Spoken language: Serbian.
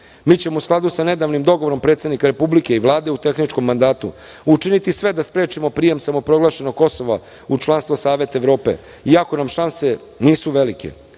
ćemo u skladu sa nedavnim dogovorom predsednika Republike i Vlade u tehničkom mandatu učiniti sve da sprečimo prijem samoproglašenog Kosova u članstvo Saveta Evrope, iako nam šanse nisu velike.